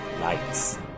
lights